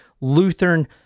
Lutheran